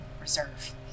reserve